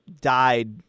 died